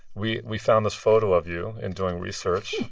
we we found this photo of you in doing research